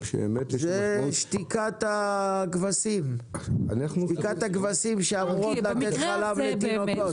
כן, זה שתיקת הכבשים, שאמורות לתת חלב לתינוקות.